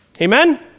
Amen